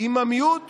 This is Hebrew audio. את דעת המיעוט